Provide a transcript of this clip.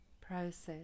process